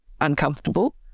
uncomfortable